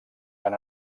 van